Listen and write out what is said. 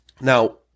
Now